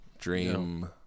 Dream